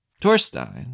Torstein